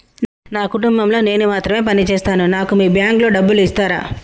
నా కుటుంబం లో నేను మాత్రమే పని చేస్తాను నాకు మీ బ్యాంకు లో డబ్బులు ఇస్తరా?